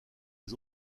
les